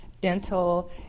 dental